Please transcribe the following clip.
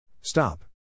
Stop